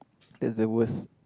that's the worst